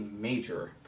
major